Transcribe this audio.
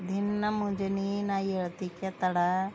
ದಿನಾ ಮುಂಜಾನೆ ನಾ ಏಳ್ತಿಕೆ ತಡ